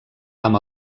amb